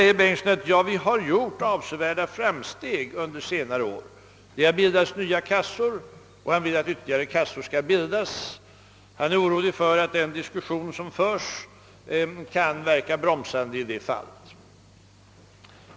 Herr Bengtsson i Varberg sade att det gjorts avsevärda framsteg under senare år; nya kassor hade bildats, och herr Bengtsson vill att flera skall startas. Men han är orolig för att den diskussion som pågår kan verka bromsande i det avseendet.